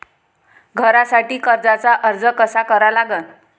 घरासाठी कर्जाचा अर्ज कसा करा लागन?